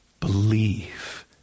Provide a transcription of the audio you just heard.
believe